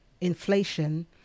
inflation